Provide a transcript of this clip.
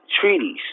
treaties